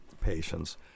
patients